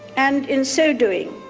and in so doing,